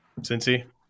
cincy